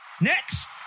Next